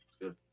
good